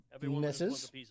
Misses